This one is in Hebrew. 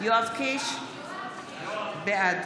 בעד